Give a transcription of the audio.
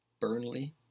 Burnley